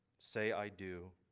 say i do.